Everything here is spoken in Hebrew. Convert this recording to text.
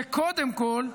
וקודם כול,